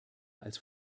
als